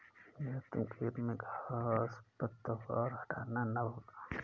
नीरज तुम खेत में घांस पतवार हटाना ना भूलना